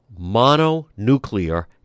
mononuclear